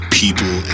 people